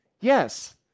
Yes